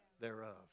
thereof